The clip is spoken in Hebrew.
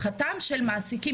ולרווחתם של המעסיקים,